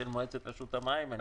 אלא של מועצת רשות המים.